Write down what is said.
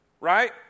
Right